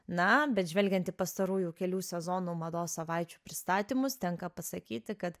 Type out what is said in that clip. na bet žvelgiant į pastarųjų kelių sezonų mados savaičių pristatymus tenka pasakyti kad